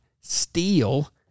steal